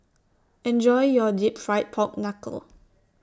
Enjoy your Deep Fried Pork Knuckle